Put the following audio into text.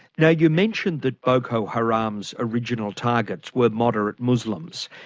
now you mentioned that boko haram's original targets were moderate muslims.